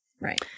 Right